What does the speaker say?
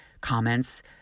comments